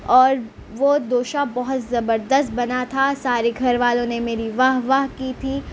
اور وہ دوشا بہت زبردست بنا تھا سارے گھر والوں نے میری واہ واہ کی تھی